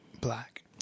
black